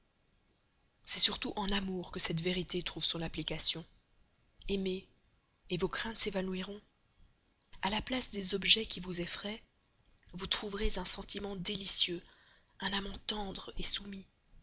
c'est surtout en amour que cette vérité trouve son application aimez vos craintes s'évanouiront a la place des objets qui vous effrayent vous trouverez un sentiment délicieux un amant tendre soumis